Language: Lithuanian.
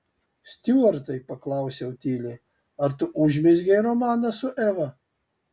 stiuartai paklausiau tyliai ar tu užmezgei romaną su eva